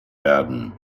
werden